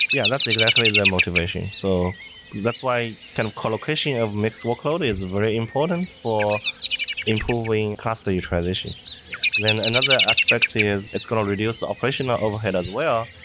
yeah. that's exactly the motivation. so that's why kind of collocation of mixed workload is very important for improving cluster utilization. then another aspect is it's going to reduce operation ah overhead as well,